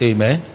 Amen